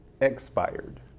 expired